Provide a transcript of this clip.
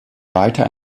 weiter